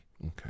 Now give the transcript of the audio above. Okay